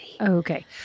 Okay